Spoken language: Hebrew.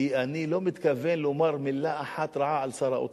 כי אני לא מתכוון לומר מלה אחת רעה על שר האוצר.